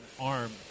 arm